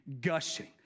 gushing